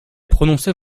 prononçait